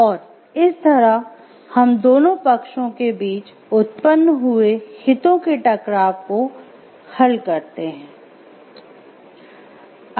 और इस तरह हम दोनों पक्षों के बीच उत्पन्न हुए हितों के टकराव को हल करते हैं